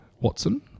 Watson